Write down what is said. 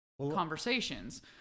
conversations